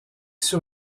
sur